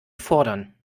fordern